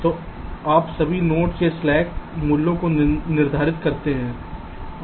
तो आप सभी नोड्स के स्लैक मूल्यों को निर्धारित करते हैं